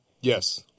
Yes